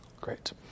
Great